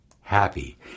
happy